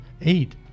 eight